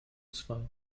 zwei